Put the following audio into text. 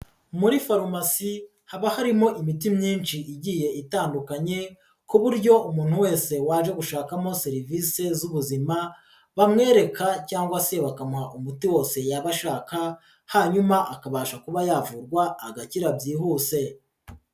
Muri farumasi haba harimo imiti myinshi igiye itandukanye, ku buryo umuntu wese waje gushakamo serivisi z'ubuzima bamwereka cyangwa se bakamuha umuti wose yaba ashaka, hanyuma akabasha kuba yavurwa agakira byihuse.